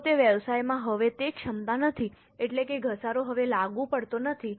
જો તે વ્યવસાયમાં હવે તે ક્ષમતા નથી એટલે કે ઘસારો હવે લાગુ પડતો નથી